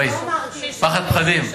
וואי, פחד פחדים.